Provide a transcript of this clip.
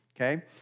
okay